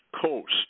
coast